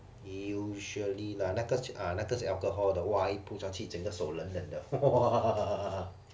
usually lah 那个 ah 那个是 alcohol 的 !wah! 一扑上去整个手冷冷的